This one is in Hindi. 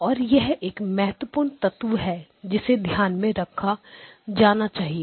और यह एक महत्वपूर्ण तत्व है जिसे ध्यान में रखा जाना चाहिए